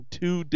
two